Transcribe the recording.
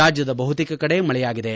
ರಾಜ್ಜದ ಬಹುತೇಕ ಕಡೆ ಮಳೆಯಾಗಿದೆ